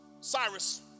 Cyrus